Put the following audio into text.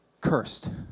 Cursed